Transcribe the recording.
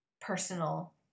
personal